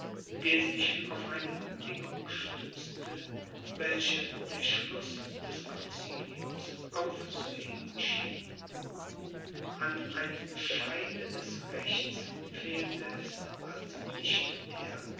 der sich auf eine bedingung stützte welche der schluß des conciliums aufzuheben schien an einem scheine des rechts fehlte es also nicht mehr